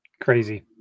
Crazy